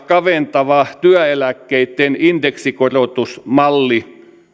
kaventava työeläkkeitten indeksikorotusmalli